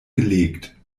gelegt